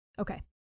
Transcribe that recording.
Okay